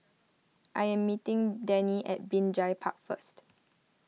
I am meeting Dennie at Binjai Park first